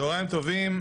צהריים טובים.